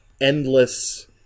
endless